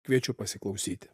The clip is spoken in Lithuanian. kviečiu pasiklausyti